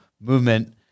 movement